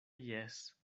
jes